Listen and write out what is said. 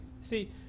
see